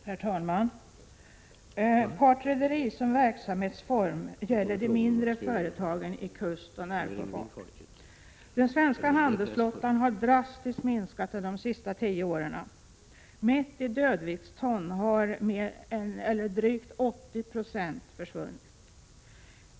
Herr talman! Partrederi som verksamhetsform berör de mindre företagen i kustoch närsjöfart. Den svenska handelsflottan har drastiskt minskat under de senaste tio åren. Mätt i dödviktston har drygt 80 96 försvunnit.